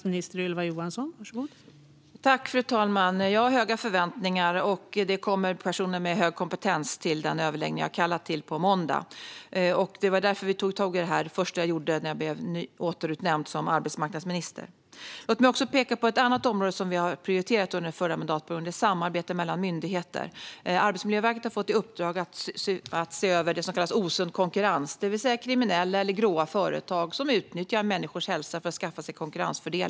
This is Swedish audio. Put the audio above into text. Fru talman! Jag har höga förväntningar. Det kommer personer med stor kompetens till överläggningen som jag har kallat till på måndag. Det var det första jag tog tag i när jag blev återutnämnd som arbetsmarknadsminister. Låt mig peka på ett annat område som vi har prioriterat under förra perioden. Det är samarbete mellan myndigheter. Arbetsmiljöverket har fått i uppdrag att se över det som kallas osund konkurrens, det vill säga kriminella eller grå företag som utnyttjar människors hälsa för att skaffa sig konkurrensfördelar.